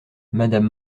madame